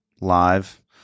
live